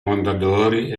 mondadori